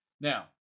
Now